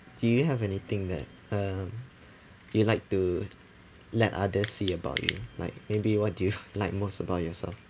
do you have anything that um you'd like to let others see about you like maybe what do you like most about yourself